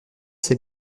ses